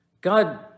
God